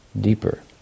deeper